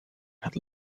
had